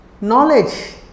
knowledge